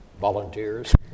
Volunteers